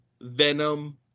Venom